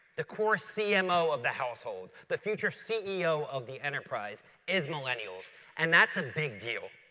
the core cmo of the household. the future ceo of the enterprise is millennials and that's a big deal.